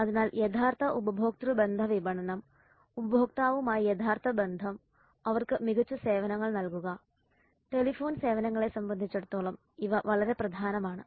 അതിനാൽ യഥാർത്ഥ ഉപഭോക്തൃ ബന്ധ വിപണനം ഉപഭോക്താവുമായി യഥാർത്ഥ ബന്ധം അവർക്ക് മികച്ച സേവനങ്ങൾ നൽകുക ടെലിഫോൺ സേവനങ്ങളെ സംബന്ധിച്ചിടത്തോളം ഇവ വളരെ പ്രധാനമാണ്